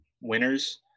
winners